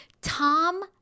Tom